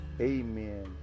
Amen